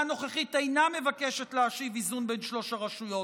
הממשלה הנוכחית אינה מבקשת להשיב איזון בין שלוש הרשויות,